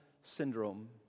Syndrome